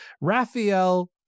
Raphael